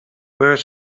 were